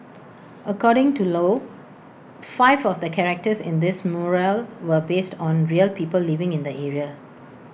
according to low five of the characters in this mural were based on real people living in the area